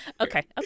Okay